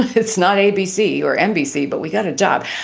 it's not abc or nbc. but we got a job.